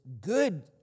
good